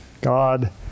God